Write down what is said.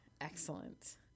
Excellent